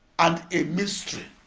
and a mystery.